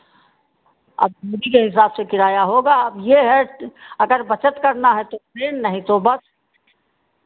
अब दूरी के हिसाब से किराया होगा अब ये है अगर बचत करना है तो ट्रेन नहीं तो बस